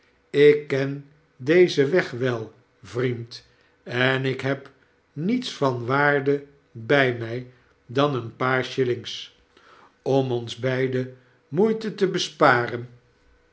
ik ken dezen weg wel vriend en ik heb niets van waarde bij mij dan een paar shillings om ons beiden moeite te sparen